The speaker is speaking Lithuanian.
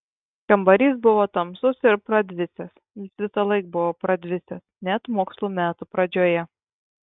kambarys buvo tamsus ir pradvisęs jis visąlaik buvo pradvisęs net mokslo metų pradžioje